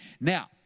Now